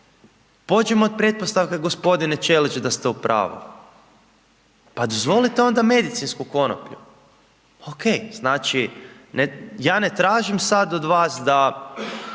pođimo od pretpostavke gospodine Ćelić da ste u pravu. Pa dozvolite onda medicinsku konoplju. Okej. Znači, ja ne tražim sad od vas da